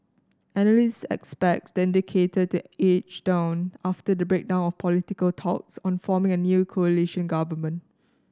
analysts expect the indicator to edge down after the breakdown of political talks on forming a new coalition government